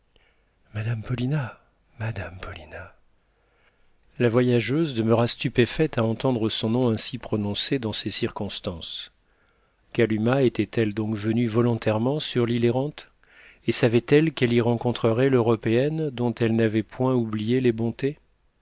madame paulina madame paulina la voyageuse demeura stupéfaite à entendre son nom ainsi prononcé dans ces circonstances kalumah était-elle donc venue volontairement sur l'île errante et savait-elle qu'elle y rencontrerait l'européenne dont elle n'avait point oublié les bontés